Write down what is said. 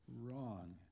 wrong